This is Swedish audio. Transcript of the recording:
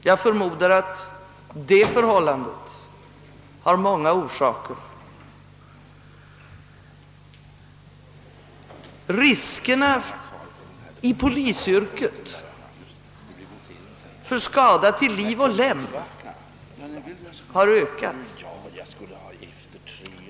Jag förmodar att det har många orsaker. Riskerna i polisyrket för skada till liv och lem har ökat.